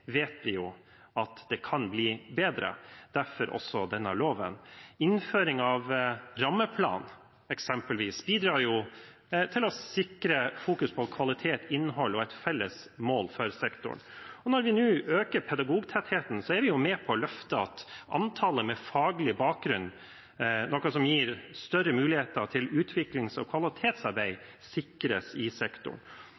vet vi at det kan bli bedre, derfor også denne loven. Innføring av rammeplan, eksempelvis, bidrar til å sikre fokus på kvalitet, innhold og et felles mål for sektoren. Når vi nå øker pedagogtettheten, er vi med på å løfte at antallet med faglig bakgrunn, noe som gir større muligheter til utviklings- og kvalitetsarbeid,